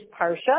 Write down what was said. Parsha